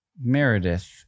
Meredith